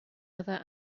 other